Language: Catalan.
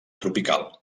tropical